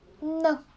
no